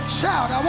shout